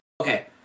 Okay